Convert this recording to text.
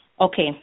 okay